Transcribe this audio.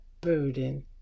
burden